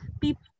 people